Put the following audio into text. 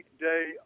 day